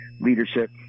leadership